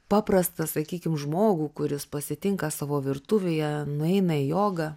paprastą sakykim žmogų kuris pasitinka savo virtuvėje nueina į jogą